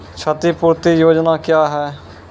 क्षतिपूरती योजना क्या हैं?